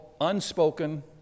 Unspoken